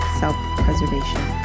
self-preservation